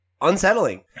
unsettling